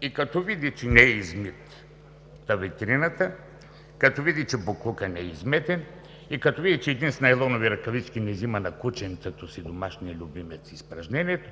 И като види, че не е измита витрината, като види, че боклукът не е изметен и като види, че един с найлонови ръкавички не взима на кученцето си – домашния любимец, изпражнението,